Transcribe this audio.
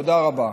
תודה רבה.